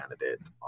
candidate